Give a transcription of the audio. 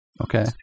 Okay